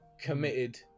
committed